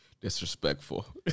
Disrespectful